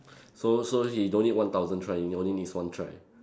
so so he don't need one thousand try he only needs one try